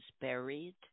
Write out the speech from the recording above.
buried